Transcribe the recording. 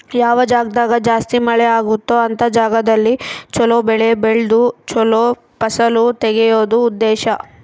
ಯಾವ ಜಾಗ್ದಾಗ ಜಾಸ್ತಿ ಮಳೆ ಅಗುತ್ತೊ ಅಂತ ಜಾಗದಲ್ಲಿ ಚೊಲೊ ಬೆಳೆ ಬೆಳ್ದು ಚೊಲೊ ಫಸಲು ತೆಗಿಯೋದು ಉದ್ದೇಶ